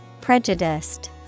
Prejudiced